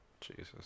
Jesus